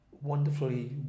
wonderfully